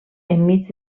enmig